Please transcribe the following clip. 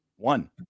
One